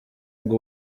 ngo